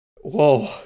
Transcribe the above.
whoa